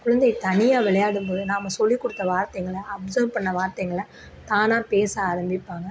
குழந்தை தனியாக விளையாடும் போது நாம சொல்லி கொடுத்த வார்த்தைகளை அப்சர்வ் பண்ண வார்த்தைகளை தானாக பேச ஆரமிப்பாங்க